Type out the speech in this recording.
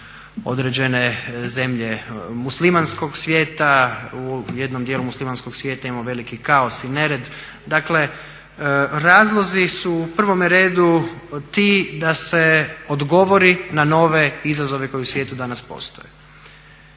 određene zemlje muslimanskog svijeta. U jednom dijelu muslimanskog svijeta imamo veliki kaos i nered. Dakle, razlozi su u prvome redu ti da se odgovori na nove izazove koji u svijetu danas postoje.